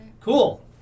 Cool